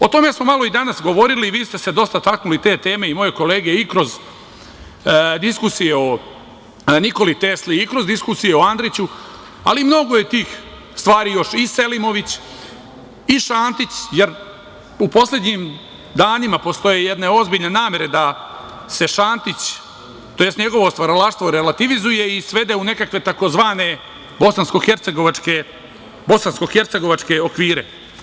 O tome smo malo i danas govorili i vi ste se dosta takli te teme i moje kolege, kroz diskusije o Nikoli Tesli, kroz diskusije o Andriću, ali mnogo je tih stvari, još i Selimović i Šantić, jer u poslednjim danima postoje jedne ozbiljne namere da se Šantić, tj. njegovo stvaralaštvo relativizuje i svede u nekakve, takozvane bosansko-hercegovačke okvire.